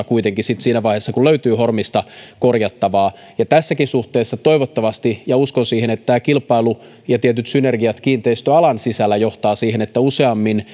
kuitenkin sitten siinä vaiheessa kun löytyy hormista korjattavaa ja tässäkin suhteessa toivottavasti ja uskon siihen tämä kilpailu ja tietyt synergiat kiinteistöalan sisällä johtavat siihen että useammin